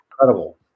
Incredible